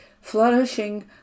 flourishing